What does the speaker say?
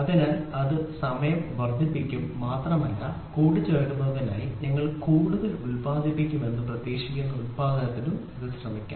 അതിനാൽ ഇത് സമയം വർദ്ധിപ്പിക്കും മാത്രമല്ല ഇത് കൂട്ടിച്ചേർക്കുന്നതിനായി നിങ്ങൾ കൂടുതൽ ഉൽപാദിപ്പിക്കുമെന്ന് പ്രതീക്ഷിക്കുന്ന ഉൽപാദനത്തിനും ഇത് ശ്രമിക്കും